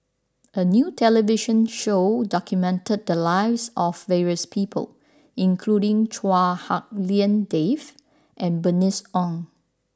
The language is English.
a new television show documented the lives of various people including Chua Hak Lien Dave and Bernice Ong